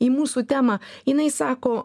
į mūsų temą jinai sako